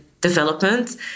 development